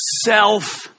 self